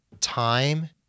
time